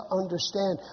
understand